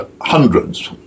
hundreds